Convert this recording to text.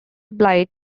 apply